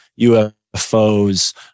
ufos